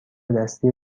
دستی